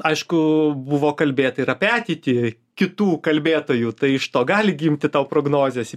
aišku buvo kalbėta ir apie ateitį kitų kalbėtojų tai iš to gali gimti tau prognozės